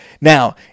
Now